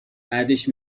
بعدش